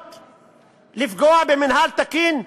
לפגוע במינהל תקין?